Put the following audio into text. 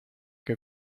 que